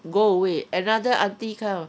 go away another aunty come